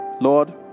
Lord